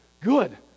good